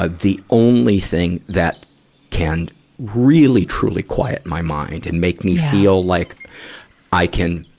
ah the only thing that can really, truly quiet my mind and make me feel like i can